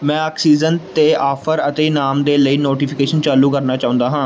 ਮੈਂ ਆਕਸੀਜਨ 'ਤੇ ਆਫ਼ਰ ਅਤੇ ਇਨਾਮ ਦੇ ਲਈ ਨੋਟੀਫਿਕੇਸ਼ਨ ਚਾਲੂ ਕਰਨਾ ਚਾਹੁੰਦਾ ਹਾਂ